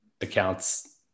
accounts